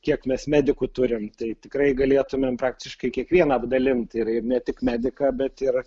kiek mes medikų turim tai tikrai galėtumėm praktiškai kiekvieną apdalint ir ir ne tik mediką bet ir